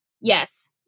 yes